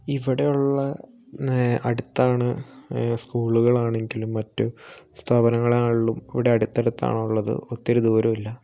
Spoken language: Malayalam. ഇവിടെ ഉള്ള അടുത്താണ് സ്കൂളുകൾ ആണെങ്കിലും മറ്റു സ്ഥാപനങ്ങൾ ആണെങ്കിലും ഇവിടെ അടുത്ത് അടുത്ത് ആണ് ഉള്ളത് ഒത്തിരി ദൂരം ഇല്ല